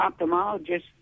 ophthalmologist